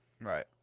Right